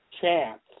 chance